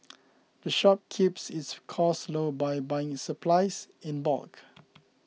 the shop keeps its costs low by buying its supplies in bulk